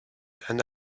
and